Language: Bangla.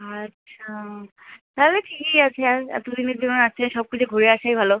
আচ্ছা তালে ঠিকই আছে আর এত দিনের জন্য যাচ্ছে সব কিছু ঘুরে আসাই ভালো